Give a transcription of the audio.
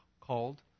called